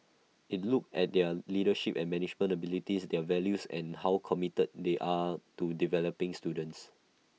IT look at their leadership and management abilities their values and how committed they are to developing students